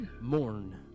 Mourn